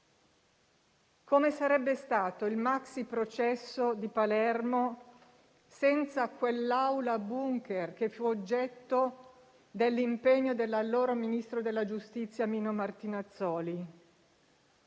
Come sarebbe stato il maxiprocesso di Palermo senza quell'aula *bunker* che fu oggetto dell'impegno dell'allora ministro della giustizia Mino Martinazzoli?